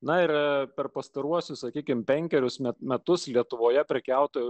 na ir per pastaruosius sakykime penkerius metus lietuvoje prekiautojų